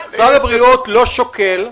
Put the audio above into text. משרד הבריאות לא שוקל,